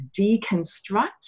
deconstruct